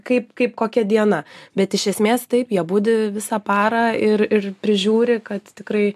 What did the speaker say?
kaip kaip kokia diena bet iš esmės taip jie budi visą parą ir ir prižiūri kad tikrai